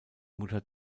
mutter